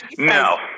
No